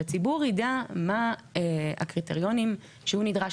שהציבור יידע מה הקריטריונים שהוא נדרש